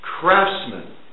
craftsman